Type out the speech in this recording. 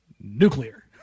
nuclear